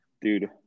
dude